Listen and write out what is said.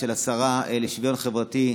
של השרה לשוויון חברתי,